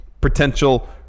potential